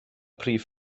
prif